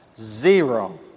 Zero